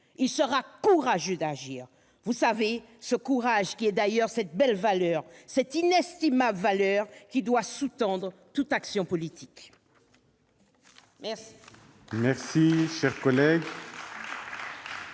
Il sera courageux d'agir. Vous le savez, le courage est d'ailleurs cette belle valeur, cette inestimable valeur qui doit sous-tendre toute action politique. La